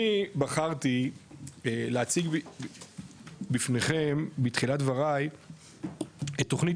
אני בחרתי להציג בפניכם בתחילת דבריי את תוכנית